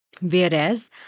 Whereas